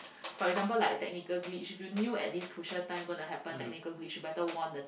for example like a technical glitch if you knew at this time gonna happen technical glitch you better warn the team